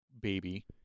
baby